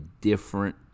different